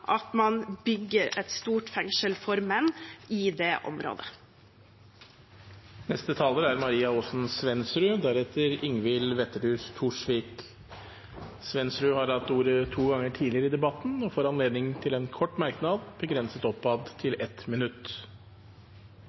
at man bygger et stort fengsel for menn i det området. Representanten Maria Aasen-Svensrud har hatt ordet to ganger tidligere i debatten og får ordet til en kort merknad, begrenset til 1 minutt.